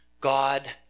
God